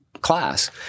class